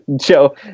Joe